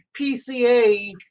PCA